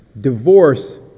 Divorce